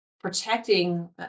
protecting